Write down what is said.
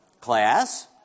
Class